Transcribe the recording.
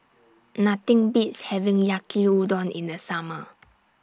Nothing Beats having Yaki Udon in The Summer